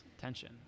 tension